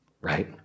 right